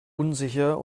unsicher